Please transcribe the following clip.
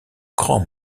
grand